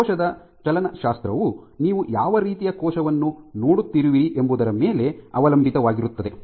ಕೋಶದ ಚಲನಶಾಸ್ತ್ರವು ನೀವು ಯಾವ ರೀತಿಯ ಕೋಶವನ್ನು ನೋಡುತ್ತಿರುವಿರಿ ಎಂಬುದರ ಮೇಲೆ ಅವಲಂಬಿತವಾಗಿರುತ್ತದೆ